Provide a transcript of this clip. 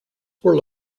were